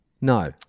No